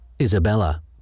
Isabella